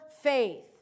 faith